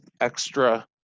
extra